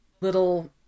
little